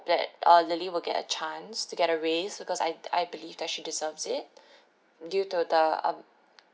that uh lily will get a chance to get a raise because I I believe that she deserves it due to the um